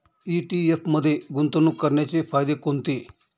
ETF मध्ये गुंतवणूक करण्याचे फायदे कोणते?